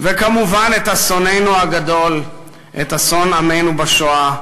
וכמובן את אסוננו הגדול, את אסון עמנו בשואה,